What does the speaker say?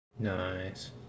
Nice